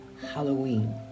Halloween